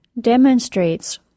demonstrates